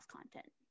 content